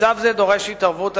מצב זה דורש התערבות,